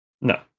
No